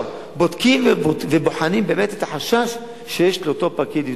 בודקים ובוחנים את החשש שיש לאותו פקיד.